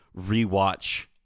rewatch